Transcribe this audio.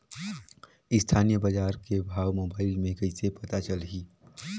स्थानीय बजार के भाव मोबाइल मे कइसे पता चलही?